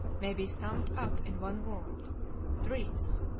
may be summed up in one word dreams,